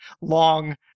long